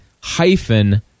hyphen